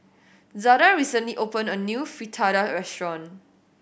Zada recently opened a new Fritada restaurant